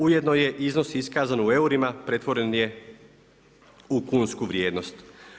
Ujedno je iznos iskazan u eurima pretvoren je u kunsku vrijednost.